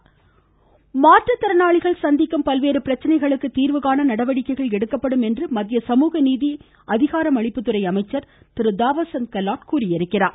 தாவர் சந்த் கெலாட் மாற்றுத் திறனாளிகள் சந்திக்கும் பல்வேறு பிரச்னைகளுக்கு தீர்வு காண நடவடிக்கைகள் எடுக்கப்படும் என்று மத்திய சமூகநீதி அதிகாரம் அளிப்புத்துறை அமைச்சர் திரு தாவர் சந்த் கெலாட் உறுதி அளித்துள்ளார்